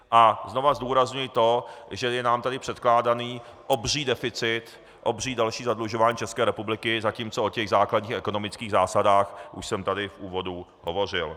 A znova zdůrazňuji to, že je nám tady předkládaný obří deficit, obří další zadlužování České republiky, zatímco o základních ekonomických zásadách už jsem tady v úvodu hovořil.